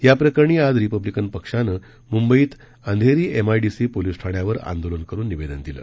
याप्रकरणी आज रिपब्लिकन पक्षानं मुंबईत अंधेरी एमआयडीसी पोलीस ठाण्यावर आंदोलन करून निवेदन दिलं